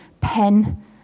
pen